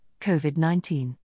COVID-19